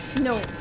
No